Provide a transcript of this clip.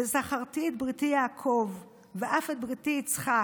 "וזכרתי את בריתי יעקוב ואף את בריתי יצחק